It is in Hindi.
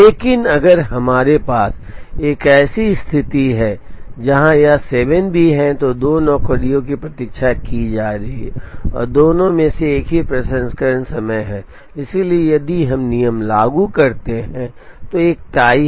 लेकिन अगर हमारे पास एक ऐसी स्थिति है जहां यह 7 भी है तो दो नौकरियों की प्रतीक्षा की जा रही है और दोनों में एक ही प्रसंस्करण समय है इसलिए यदि हम नियम लागू करते हैं तो एक टाई है